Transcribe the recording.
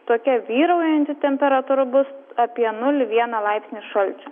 tokia vyraujanti temperatūra bus apie nulį vieną laipsnį šalčio